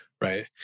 right